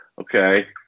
Okay